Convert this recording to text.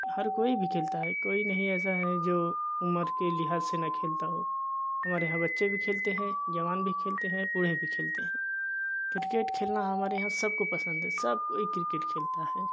हर कोई भी खेलता है कोई नहीं ऐसा है जो उम्र के लिहाज से न खेलता हो हमारे यहाँ बच्चे भी खेलते हैं जवान भी खेलते हैं बूढ़े भी खेलते हैं क्रिकेट खेलना हमारे यहाँ सबको पसंद है सब कोई क्रिकेट खेलता है